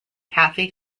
cathy